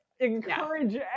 encourage